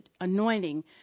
anointing